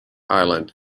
island